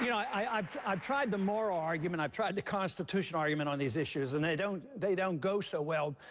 you know i've i've tried the moral argument. i've tried the constitutional argument on these issues. and they don't they don't go so well.